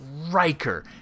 Riker